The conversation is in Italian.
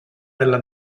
della